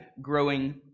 Growing